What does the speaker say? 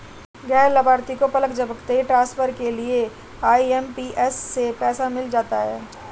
गैर लाभार्थी को पलक झपकते ही ट्रांसफर के लिए आई.एम.पी.एस से पैसा मिल जाता है